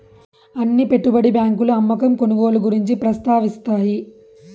అన్ని పెట్టుబడి బ్యాంకులు అమ్మకం కొనుగోలు గురించి ప్రస్తావిస్తాయి